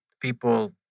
People